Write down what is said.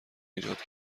ایجاد